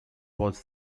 was